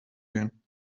gehen